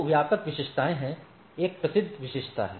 2 व्यापक विशेषताएं हैं एक प्रसिद्ध विशेषता है